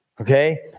Okay